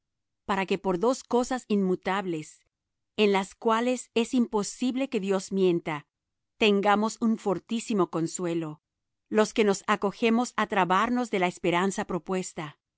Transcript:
para que por dos cosas inmutables en las cuales es imposible que dios mienta tengamos un fortísimo consuelo los que nos acogemos á trabarnos de la esperanza propuesta